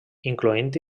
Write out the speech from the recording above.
incloent